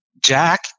Jack